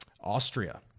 Austria